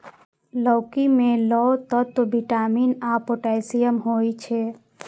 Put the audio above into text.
लौकी मे लौह तत्व, विटामिन आ पोटेशियम होइ छै